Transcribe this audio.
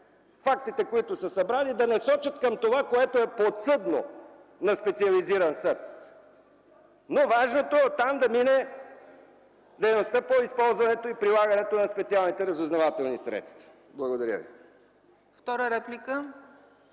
фактите, които са събрани, да не сочат на това, което е подсъдно на специализиран съд. Но важното е оттам да мине дейността по използването и прилагането на специалните разузнавателни средства. Благодаря ви.